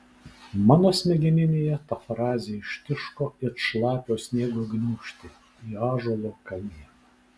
mano smegeninėje ta frazė ištiško it šlapio sniego gniūžtė į ąžuolo kamieną